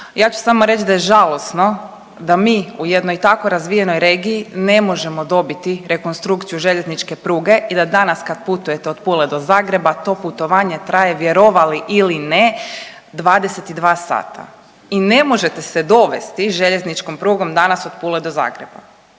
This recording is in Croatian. Ja ću samo reći da je žalosno da mi u jednoj tako razvijenoj regiji ne možemo dobiti rekonstrukciju željezničke pruge i da danas kad putujete od Pule do Zagreba to putovanje traje, vjerovali ili ne 22 sata i ne možete se dovesti željezničkom prugom danas od Pule do Zagreba.